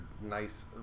nice